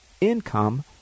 income